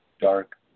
dark